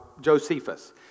Josephus